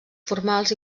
formals